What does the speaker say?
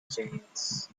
chains